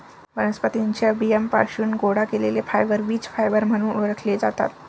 वनस्पतीं च्या बियांपासून गोळा केलेले फायबर बीज फायबर म्हणून ओळखले जातात